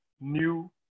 new